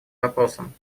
вопросом